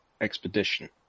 expedition